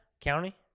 County